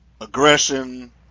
aggression